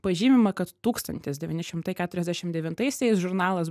pažymima kad tūkstantis devyni šimtai keturiasdešim devintaisiais žurnalas